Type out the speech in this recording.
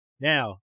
Now